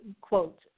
quote